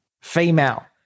female